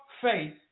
faith